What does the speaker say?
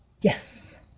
yes